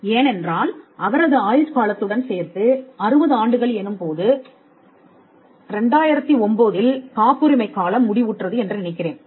ஏனென்றால் அவரது ஆயுட்காலத்துடன் சேர்த்து 60 ஆண்டுகள் எனும்போது 2009ல் காப்புரிமை காலம் முடிவுற்றது என்று நினைக்கிறேன்